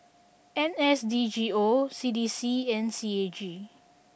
N S D G O C D C and C A G